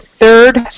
third